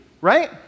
Right